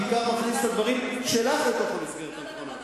בעיקר מכניס את הדברים שלך לתוך המסגרת הנכונה.